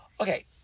Okay